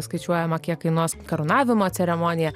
skaičiuojama kiek kainuos karūnavimo ceremonija